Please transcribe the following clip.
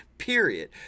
Period